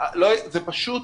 בעיניי זה פשוט